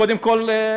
קודם כול,